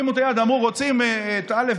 הרימו את היד ואמרו: רוצים את א',